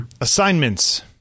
assignments